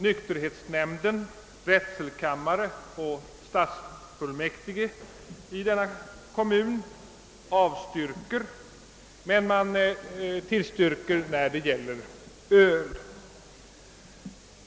Nykterhetsnämnden, drätselkammaren och stadsfullmäktige i kommunen avstyrkte men tillstyrkte ansökan om ölutskänkning.